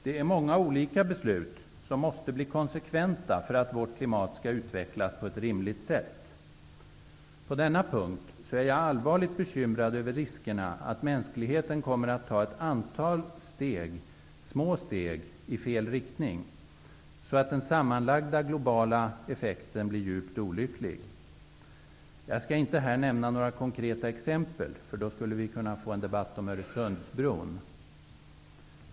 Det är många olika beslut som måste bli konsekventa för att vårt klimat skall utvecklas på ett rimligt sätt. På denna punkt är jag allvarligt bekymrad över riskerna att mänskligheten kommer att ta ett antal små steg i fel riktning. Då blir den sammanlagda globala effekten djupt olycklig. Jag skall inte här nämna några konkreta exempel. Då skulle vi kunna få en debatt om Öresundsbron.